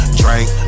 drink